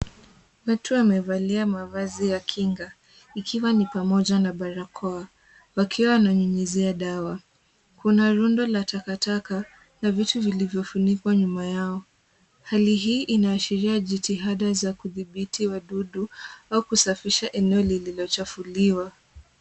Watu wamevalia mavazi ya kinga ikiwa ni pamoja na barakoa, wakiwa wananyunyizia dawa. Kuna rundo la takataka na vitu vilivyofunikwa nyuma yao. Hali hii inaashiria jitihada za kudhibiti wadudu au kusafisha eneo lililochafuliwa.